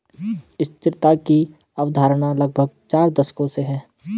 स्थिरता की अवधारणा लगभग चार दशकों से है